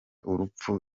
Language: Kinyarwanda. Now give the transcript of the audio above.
urupfu